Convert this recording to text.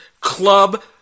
Club